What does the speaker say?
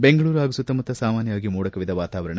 ಬೆಂಗಳೂರು ಹಾಗೂ ಸುತ್ತಮುತ್ತ ಸಾಮಾನ್ನವಾಗಿ ಮೋಡಕವಿದ ವಾತಾವರಣ